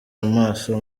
amaso